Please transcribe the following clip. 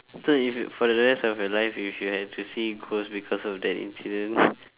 so if you for the rest of your life if you have to see ghost because of that incident